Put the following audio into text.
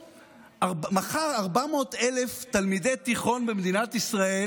מחר 400,000 תלמידי תיכון במדינת ישראל